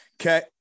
okay